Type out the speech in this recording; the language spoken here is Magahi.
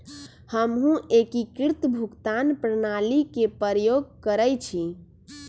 हमहु एकीकृत भुगतान प्रणाली के प्रयोग करइछि